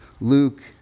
Luke